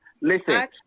Listen